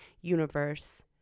universe